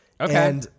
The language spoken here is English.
Okay